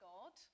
God